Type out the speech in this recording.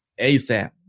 ASAP